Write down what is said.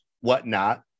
whatnot